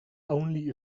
only